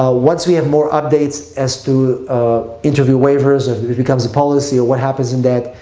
ah once we have more updates as to interview waivers becomes a policy or what happens in that,